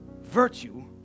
Virtue